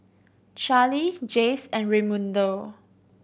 Charley Jace and Raymundo